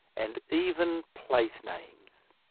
and even place names.